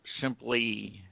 simply